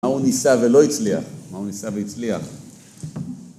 ‫מה הוא ניסה ולא הצליח? ‫מה הוא ניסה והצליח?